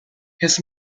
his